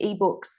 ebooks